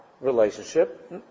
relationship